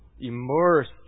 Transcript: immersed